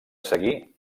seguir